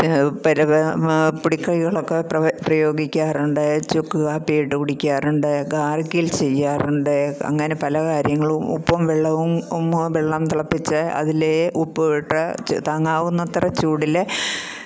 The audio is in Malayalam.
പല പൊടിക്കൈകളൊക്കെ പ്രയോഗിക്കാറുണ്ട് ചുക്ക് കാപ്പി ഇട്ട് കുടിക്കാറുണ്ട് ഗാർഗിൾ ചെയ്യാറുണ്ട് അങ്ങനെ പല കാര്യങ്ങളും ഉപ്പും വെള്ളവും വെള്ളം തിളപ്പിച്ച് അതിലേ ഉപ്പും ഇട്ട് താങ്ങാവുന്നത്ര ചൂടിൽ